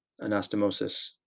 anastomosis